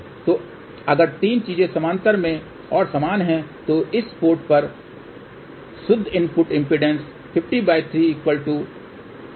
तो अगर 3 चीजें समानांतर में और समान हैं तो इस पोर्ट पर शुद्ध इनपुट इम्पीडेन्स 50Ω3 50 Ω होगी